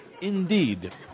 Indeed